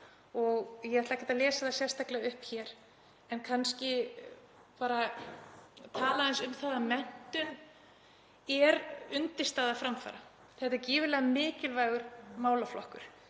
og ég ætla ekki að lesa það sérstaklega upp en vil tala aðeins um það að menntun er undirstaða framfara. Þetta er gífurlega mikilvægur málaflokkur.